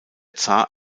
zar